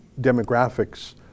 demographics